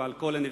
ועל כל הנביאים